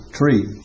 tree